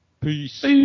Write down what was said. Peace